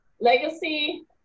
Legacy